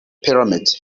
pyramids